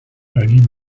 only